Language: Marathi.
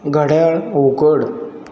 घड्याळ उघड